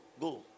go